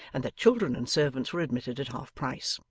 and that children and servants were admitted at half-price.